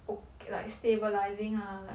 okay~ like stabilising ah like